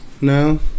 No